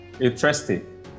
interesting